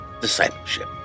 discipleship